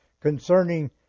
concerning